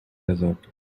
desert